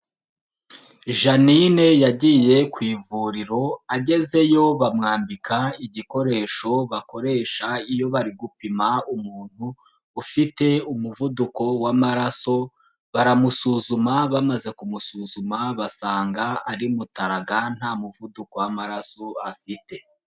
Jeanine yagiye ku ivuriro agezeyo bamwambika igikoresho bakoresha iyo bari gupima umuntu ufite umuvuduko w'amaraso, baramusuzuma bamaze kumusuzuma basanga ari mutaraga nta muvuduko w'amaraso afite.